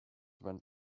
went